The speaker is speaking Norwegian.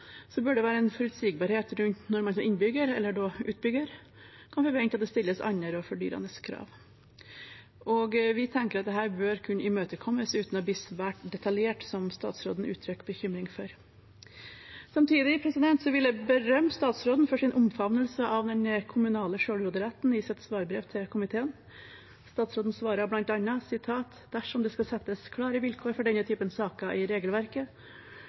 bør det være en forutsigbarhet for når man som innbygger, eller utbygger, kan forvente at det stilles andre og fordyrende krav. Vi tenker at dette bør kunne imøtekommes uten å bli svært detaljert, som statsråden uttrykker bekymring for. Samtidig vil jeg berømme statsråden for hans omfavnelse av den kommunale selvråderetten i sitt svarbrev til komiteen. Statsråden svarer bl.a.: «Dersom det skal settes klare vilkår for denne typen saker i regelverket,